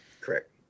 correct